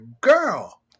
girl